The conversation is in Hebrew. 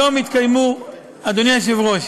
היום התקיימו, אדוני היושב-ראש,